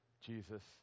Jesus